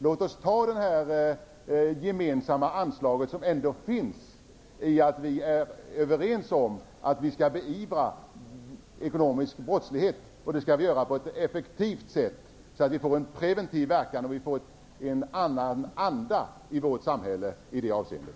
Låt oss ta vara på det att vi ändå är överens om att vi skall beivra ekonomisk brottslighet och göra det på ett effektivt sätt, så att vi får en preventiv verkan och en annan anda i vårt samhälle i det avseendet.